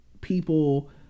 people